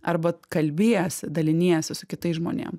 arba kalbiesi daliniesi su kitais žmonėm